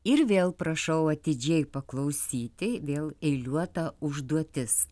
ir vėl prašau atidžiai paklausyti vėl eiliuota užduotis